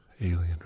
alien